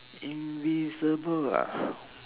invisible ah